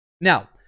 Now